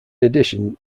addition